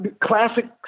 Classic